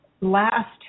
last